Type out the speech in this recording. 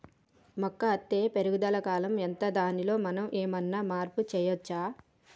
మొక్క అత్తే పెరుగుదల కాలం ఎంత దానిలో మనం ఏమన్నా మార్పు చేయచ్చా?